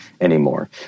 anymore